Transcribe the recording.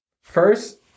First